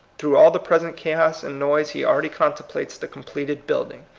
through all the present chaos and noise he already contemplates the completed building.